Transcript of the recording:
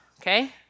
okay